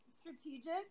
strategic